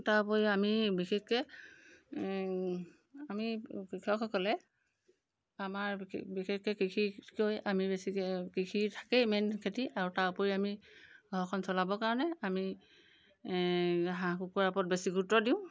তাৰ উপৰি আমি বিশেষকৈ আমি কৃষকসকলে আমাৰ বিশেষ বিশেষকৈ কৃষিতকৈ আমি বেছিকৈ কৃষিৰ থাকেই মেইন খেতি আৰু তাৰ উপৰি আমি ঘৰখন চলাবৰ কাৰণে আমি এই হাঁহ কুকুৰা ওপৰত বেছি গুৰুত্ব দিওঁ